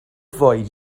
fwyd